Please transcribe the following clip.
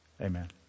Amen